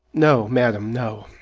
no, madam, no